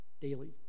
daily